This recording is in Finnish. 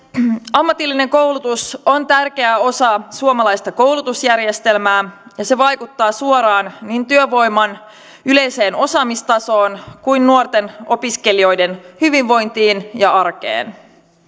ammatillinen koulutus on tärkeä osa suomalaista koulutusjärjestelmää ja se vaikuttaa suoraan niin työvoiman yleiseen osaamistasoon kuin nuorten opiskelijoiden hyvinvointiin ja arkeen